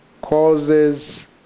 causes